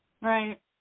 Right